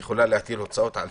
היא יכולה להטיל הוצאות?